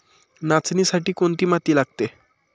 नाचणीसाठी कोणती माती लागते?